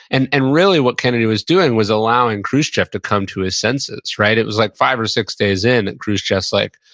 and and really what kennedy was doing was allowing khrushchev to come to his senses, right? it was like five or six days in, and khrushchev's like,